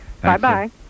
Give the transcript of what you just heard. Bye-bye